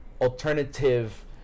alternative